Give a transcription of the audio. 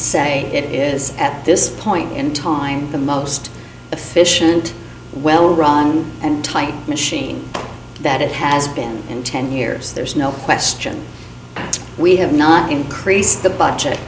say it is at this point in time the most efficient well run and tight machine that it has been in ten years there's no question we have not increased the budget